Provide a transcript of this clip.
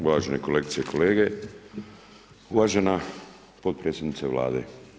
Uvažene kolegice i kolege, uvažena potpredsjednice Vlade.